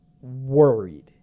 worried